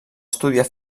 estudiar